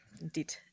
indeed